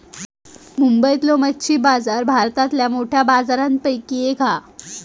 मुंबईतलो मच्छी बाजार भारतातल्या मोठ्या बाजारांपैकी एक हा